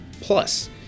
Plus